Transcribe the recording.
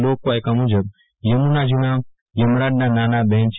લોકવાયકા મુજબ થમુનાજી યમરાજના નાના બહેન છે